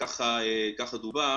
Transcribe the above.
ככה דובר